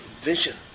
vision